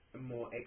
more